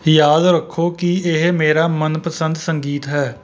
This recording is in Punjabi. ਯਾਦ ਰੱਖੋ ਕਿ ਇਹ ਮੇਰਾ ਮਨਪਸੰਦ ਸੰਗੀਤ ਹੈ